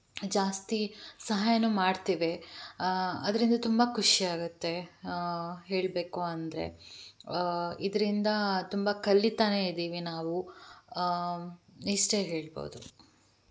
ಜಾಸ್ತಿ ಸಹಾಯವು ಮಾಡ್ತಿವೆ ಅದರಿಂದ ತುಂಬ ಖುಷಿ ಆಗುತ್ತೆ ಹೇಳಬೇಕು ಅಂದರೆ ಇದರಿಂದ ತುಂಬ ಕಲಿತಾನೇ ಇದ್ದೀವಿ ನಾವು ಇಷ್ಟೇ ಹೇಳ್ಬೋದು